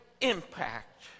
impact